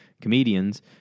comedians